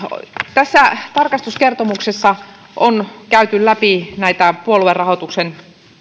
tässä tarkastuskertomuksessa on käyty läpi puoluerahoituksen